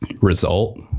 result